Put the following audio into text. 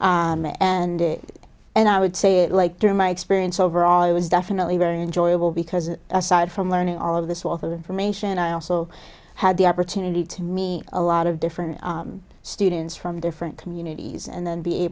do and it and i would say it like through my experience overall it was definitely very enjoyable because aside from learning all of this wealth of information i also had the opportunity to me a lot of different students from different communities and